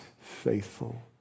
faithful